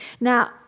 Now